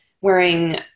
wearing